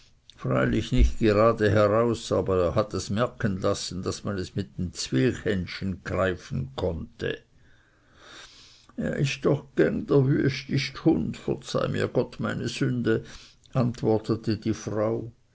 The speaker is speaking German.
freilich nicht gerade heraus aber er hat es merken lassen daß man es mit dem zwilchhändschen greifen konnte er ist doch geng der wüstest hung verzeih mir gott meine sünde antwortete die frau